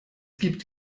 gibt